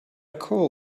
call